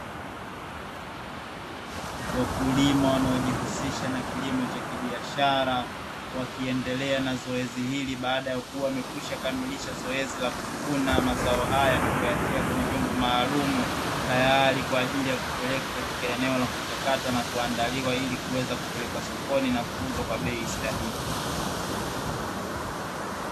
Wakulima wanaojihusisha na kilimo cha kibiashara wakiendelea na zoezi hili, baada ya kuwa wamekwisha kamilisha zoezi la kuvuna mazao haya na kuyatia kwenye vyombo maalumu. Tayari kwa ajili ya kupeleka katika eneo la kuchakata na kuandaliwa ili kuweza kupelekwa sokoni na kuuzwa kwa bei stahiki.